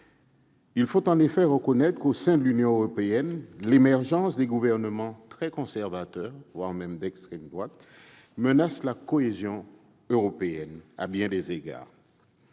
Il faut reconnaître que, au sein de l'Union européenne, l'émergence de gouvernements très conservateurs, voire d'extrême droite, menace la cohésion européenne à bien des égards.